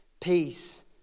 Peace